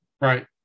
right